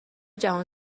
جهان